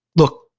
look,